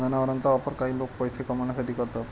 जनावरांचा वापर काही लोक पैसे कमावण्यासाठी करतात